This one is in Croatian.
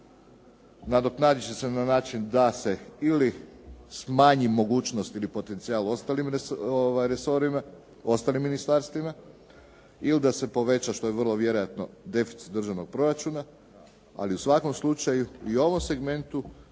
nadoknaditi će se na način da se ili smanji mogućnost ili potencijal ostalim resorima, ostalim ministarstvima ili da se poveća što je vrlo vjerojatno deficit državnog proračuna, ali u svakom slučaju i u ovom segmentu